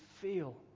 feel